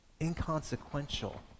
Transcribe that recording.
inconsequential